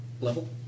level